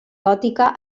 gòtica